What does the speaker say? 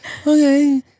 okay